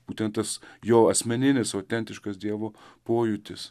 būtent tas jo asmeninis autentiškas dievo pojūtis